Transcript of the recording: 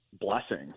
blessing